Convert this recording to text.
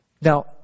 Now